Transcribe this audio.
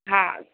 हा